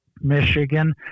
Michigan